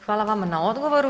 Hvala vama na odgovoru.